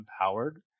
empowered